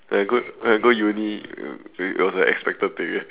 when I go when I go uni it it was expected thing eh